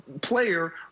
player